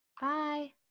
Bye